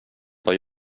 vad